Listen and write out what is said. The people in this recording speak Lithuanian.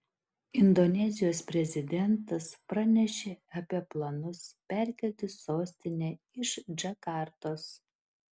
indonezijos prezidentas pranešė apie planus perkelti sostinę iš džakartos